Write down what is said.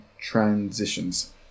transitions